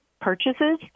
purchases